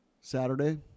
saturday